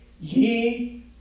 Ye